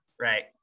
right